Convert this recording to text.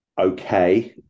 okay